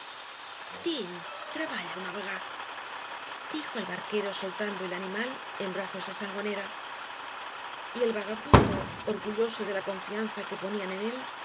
tréballa una vega dijo el barquero soltando el animal en brazos de sangonera y el vagabundo orgulloso de la confianza que ponian en él